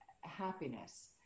happiness